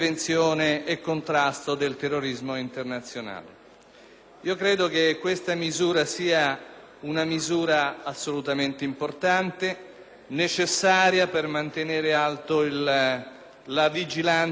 Credo che questa sia una misura assolutamente importante, necessaria per mantenere alta la vigilanza sui pericoli che incombono